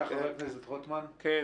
חבר הכנסת רוטמן, בבקשה.